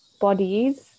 bodies